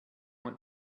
went